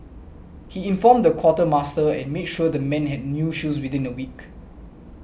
he informed the quartermaster and made sure the men had new shoes within a week